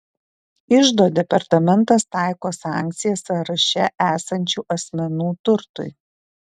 iždo departamentas taiko sankcijas sąraše esančių asmenų turtui